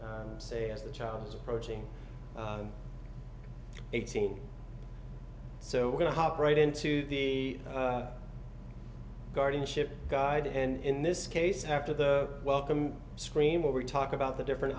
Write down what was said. y say as the child is approaching eighteen so we're going to hop right into the guardianship guide and in this case after the welcome screen where we talk about the different